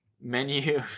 Menu